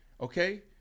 okay